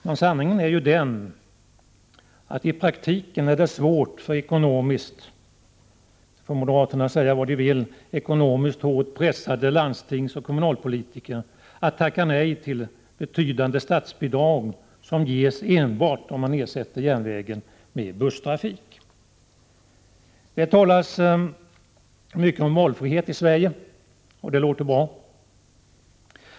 Men sanningen är ju den — moderaterna får säga vad de vill — att i praktiken är det svårt för ekonomiskt hårt pressade landstingsoch kommunalpolitiker att tacka nej till betydande statsbidrag som ges enbart om man ersätter järnvägen med busstrafik. Det talas mycket om valfrihet i Sverige. Det låter bra.